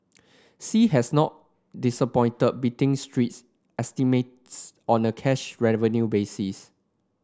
sea has not disappointed beating street estimates on a cash revenue basis